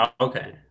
Okay